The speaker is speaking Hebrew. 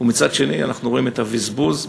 ומצד שני אנחנו רואים את הבזבוז.